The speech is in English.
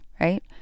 right